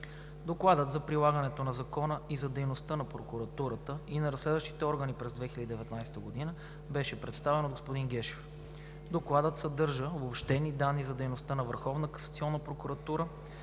Докладът за прилагането на закона и за дейността на прокуратурата и на разследващите органи през 2019 г. беше представен от господин Гешев. Докладът съдържа обобщени данни за дейността на